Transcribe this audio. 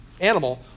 Animal